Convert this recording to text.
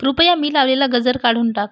कृपया मी लावलेला गजर काढून टाक